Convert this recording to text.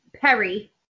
Perry